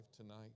tonight